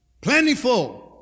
plentiful